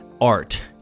art